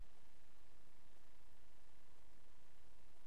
ועד היום, לכך